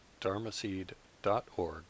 dharmaseed.org